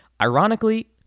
ironically